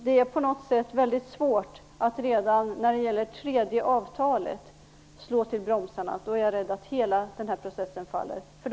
Det är svårt att slå till bromsarna redan när det gäller tredje avtalet. Jag är rädd att hela processen då faller.